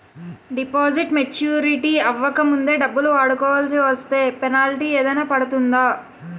Deposit maturity అవ్వక ముందే డబ్బులు వాడుకొవాల్సి వస్తే పెనాల్టీ ఏదైనా పడుతుందా?